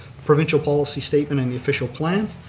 provincial policy statement and the official plan.